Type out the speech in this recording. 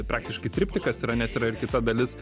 praktiškai triptikas yra nes yra ir kita dalis